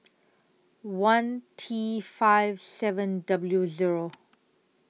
one T five seven W Zero